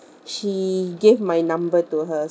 she gave my number to her